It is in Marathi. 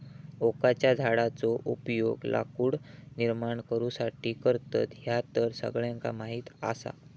ओकाच्या झाडाचो उपयोग लाकूड निर्माण करुसाठी करतत, ह्या तर सगळ्यांका माहीत आसा